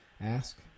ask